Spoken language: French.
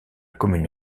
commune